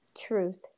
truth